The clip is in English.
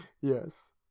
Yes